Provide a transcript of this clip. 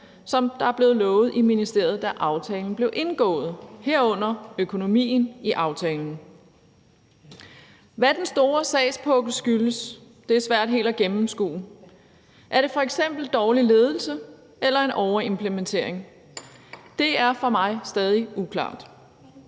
som det er blevet lovet i ministeriet, da aftalen blev indgået. Hvad den store sagspukkel skyldes, er svært helt at gennemskue. Er det f.eks. dårlig ledelse eller en overimplementering? Det er for mig stadig uklart.